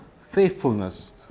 faithfulness